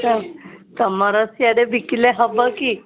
ତ ତୁମର ସିଆଡ଼େ ବିକିଲେ ହେବ କି